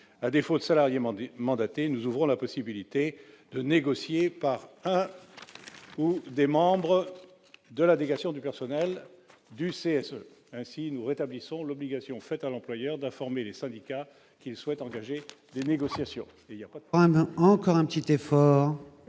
À défaut de salarié mandaté, nous ouvrons la possibilité de négocier à un ou des membres de la délégation du personnel du CSE. En outre, nous rétablissons l'obligation, pour l'employeur, d'informer les syndicats qu'il souhaite engager des négociations.